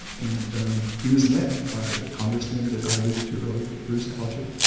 and he was met by the congressman that i alluded to earlier, bruce alger,